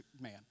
man